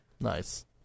Nice